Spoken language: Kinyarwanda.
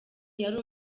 yari